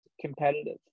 competitive